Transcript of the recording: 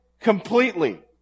completely